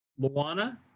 Luana